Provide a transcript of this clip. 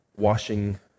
washing